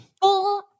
Full